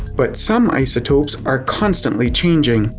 but some isotopes are constantly changing.